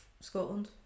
Scotland